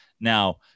Now